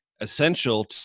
essential